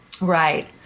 Right